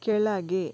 ಕೆಳಗೆ